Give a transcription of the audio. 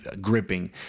gripping